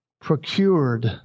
procured